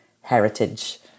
heritage